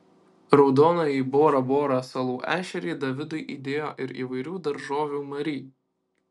raudonąjį bora bora salų ešerį davidui įdėjo ir įvairių daržovių mari